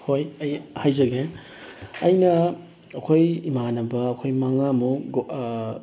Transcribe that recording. ꯍꯣꯏ ꯑꯩ ꯍꯥꯏꯖꯒꯦ ꯑꯩꯅ ꯑꯩꯈꯣꯏ ꯏꯃꯥꯟꯅꯕ ꯑꯩꯈꯣꯏ ꯃꯉꯥꯃꯨꯛ